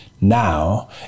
now